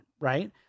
right